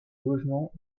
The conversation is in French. logement